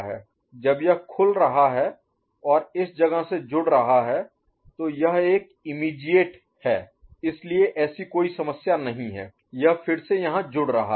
जब यह खुल रहा है और इस जगह से जुड़ रहा है तो यह एक इमीडियेट तात्कालिक है इसलिए ऐसा कोई समस्या नहीं है यह फिर से यहां जुड़ रहा है